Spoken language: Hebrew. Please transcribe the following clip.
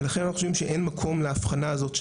ולכן אנחנו חושבים שאין מקום להבחנה הזאת.